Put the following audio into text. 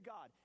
God